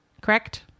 Correct